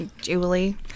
Julie